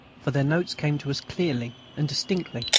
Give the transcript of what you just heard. for their notes came to us clearly and distinctly.